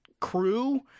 crew